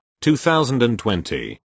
2020